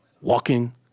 walking